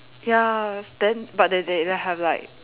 ya then but they they they have like